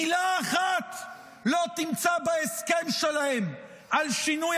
מילה אחת לא תמצא בהסכם שלהם על שינוי